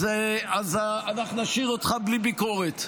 אז נשאיר אותך בלי ביקורת.